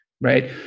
right